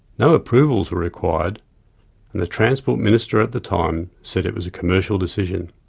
no approvals were required, and the transport minister at the time said it was a commercial decision.